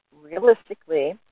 realistically